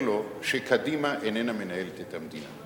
לו שקדימה איננה מנהלת את המדינה.